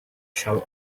shell